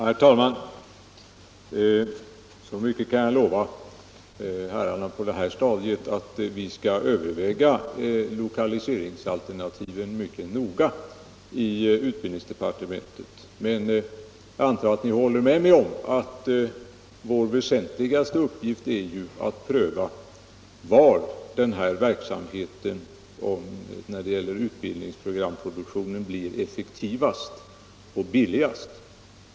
Herr talman! Så mycket kan jag lova herrarna på det här stadiet att vi skall överväga lokaliseringsalternativen mycket noga i utbildningsdepartementet. Men jag antar att ni håller med mig om att vår väsentligaste uppgift är att pröva var den här verksamheten när det gäller utbildningsprogramproduktionen blir effektivast och billigast.